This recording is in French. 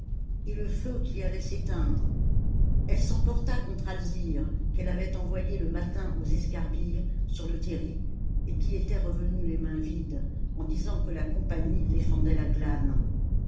et le feu qui allait s'éteindre elle s'emporta contre alzire qu'elle avait envoyée le matin aux escarbilles sur le terri et qui était revenue les mains vides en disant que la compagnie défendait la glane